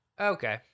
Okay